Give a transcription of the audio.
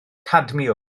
cadmiwm